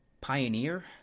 Pioneer